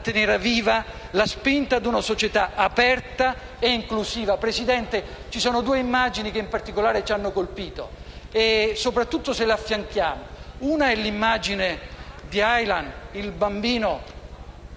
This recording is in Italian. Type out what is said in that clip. tener viva la spinta di una società aperta e inclusiva. Signor Presidente, due immagini in particolare ci hanno colpito, soprattutto se le affianchiamo. Una è l'immagine di Aylan, il bambino